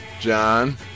John